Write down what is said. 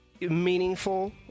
meaningful